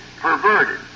perverted